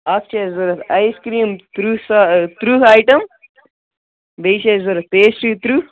اَکھ چھِ اَسہِ ضوٚرَتھ آیِس کرٛیٖم تٕرٛہ سا تٕرٛہ آیٹَم بیٚیہِ چھِ اَسہِ ضوٚرَتھ پیسٹرٛی تٕرہ